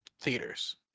theaters